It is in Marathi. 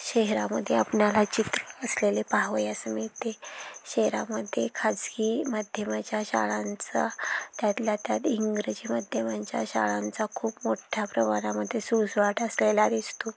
शहरामध्ये आपणाला चित्र असलेले पहावयास मिळते शहरामध्ये खाजगी माध्यमाच्या शाळांचा त्यातल्यात्यात इंग्रजी माध्यमांच्या शाळांचा खूप मोठ्या प्रमाणामध्ये सुळसुळाट असलेला दिसतो